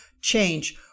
change